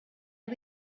are